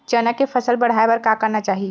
चना के फसल बढ़ाय बर का करना चाही?